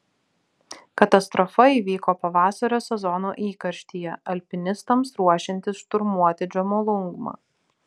katastrofa įvyko pavasario sezono įkarštyje alpinistams ruošiantis šturmuoti džomolungmą